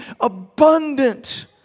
abundant